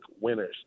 winners